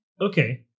Okay